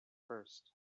first